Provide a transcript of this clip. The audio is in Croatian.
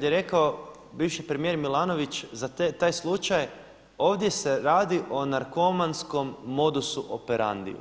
Sjećam se kada je rekao bivši premijer Milanović za taj slučaj, ovdje se radi o narkomanskom modusu operandiu,